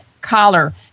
collar